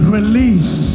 release